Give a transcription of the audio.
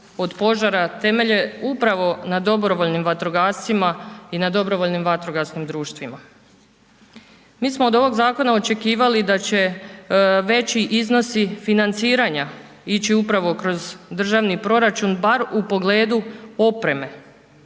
od požara temelje upravo na dobrovoljnim vatrogascima i na DVD-ima. Mi smo od ovog zakona očekivali da će veći iznosi financiranja ići upravo kroz državni proračun, bar u pogledu opreme